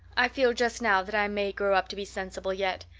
i feel just now that i may grow up to be sensible yet.